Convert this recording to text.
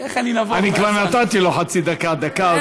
אני כבר נתתי לו חצי דקה, דקה.